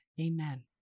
Amen